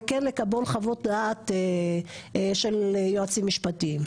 וכן לקבל חוות דעת של יועצים משפטיים,